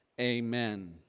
Amen